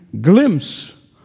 glimpse